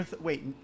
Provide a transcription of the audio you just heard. Wait